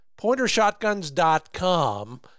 pointershotguns.com